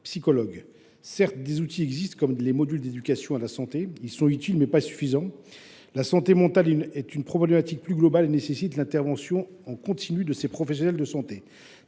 psychologues. Certes, des outils existent, comme les modules d’éducation à la santé : ils sont utiles, mais pas suffisants. La santé mentale est une problématique plus globale et nécessite l’intervention en continu de ces professionnels de santé.